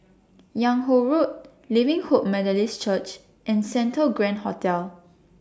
Yung Ho Road Living Hope Methodist Church and Santa Grand Hotel